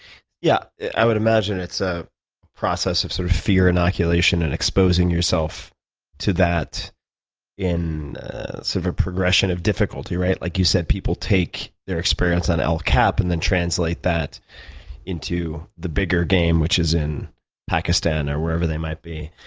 yeah i would imagine it's a process of sort of fear inoculation and exposing yourself to that in sort of a progression of difficulty, right? like you said people take their experience on el cap and then translate that into the bigger game, which is in pakistan or wherever they might be.